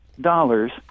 dollars